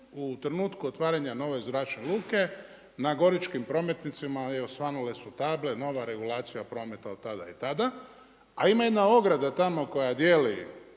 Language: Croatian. u trenutku otvaranja nove zračne luke na goričkim prometnicama osvanule su table, nova regulacija prometa od tada i tada. A ima jedna ograda tamo koja dijeli